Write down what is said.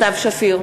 סתיו שפיר,